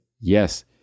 Yes